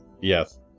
Yes